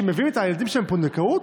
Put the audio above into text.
שמביאים את הילדים שלהם בפונדקאות,